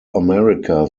america